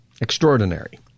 extraordinary